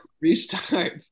Restart